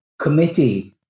committee